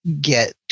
get